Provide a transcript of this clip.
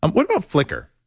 um what about flicker?